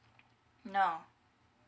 no